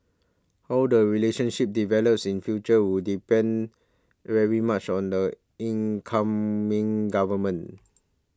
how the relationship develops in future will depend very much on the incoming government